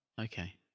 Okay